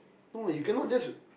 no you cannot just